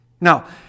Now